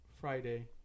Friday